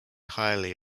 highly